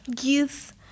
youth